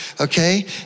okay